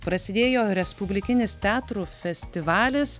prasidėjo respublikinis teatrų festivalis